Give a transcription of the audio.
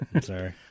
Sorry